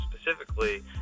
Specifically